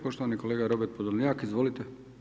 Poštovani kolega Robert Podolnjak, izvolite.